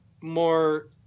more